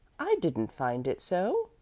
i didn't find it so,